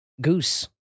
Goose